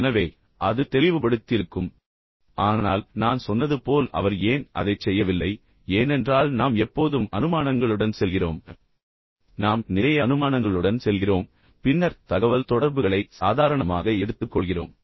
எனவே அது தெளிவுபடுத்தியிருக்கும் ஆனால் நான் சொன்னது போல் அவர் ஏன் அதைச் செய்யவில்லை ஏனென்றால் நாம் எப்போதும் அனுமானங்களுடன் செல்கிறோம் நாம் நிறைய அனுமானங்களுடன் செல்கிறோம் பின்னர் தகவல்தொடர்புகளை சாதாரணமாக எடுத்துக்கொள்கிறோம்